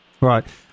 Right